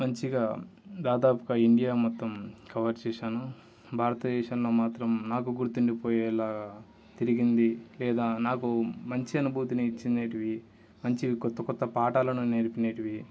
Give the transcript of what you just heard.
మంచిగా దాదాపు ఇండియా మొత్తం కవర్ చేసాను భారతదేశంలో మాత్రం నాకు గుర్తు ఉండి పోయేలాగా తిరిగింది లేదా నాకు మంచి అనుభూతిని ఇచ్చినవి మంచిగా కొత్త కొత్త పాటలను నేర్పినవి